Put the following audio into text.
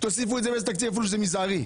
תוסיפו את זה לתקציב אפילו שזה מזערי.